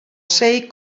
see